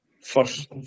first